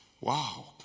Wow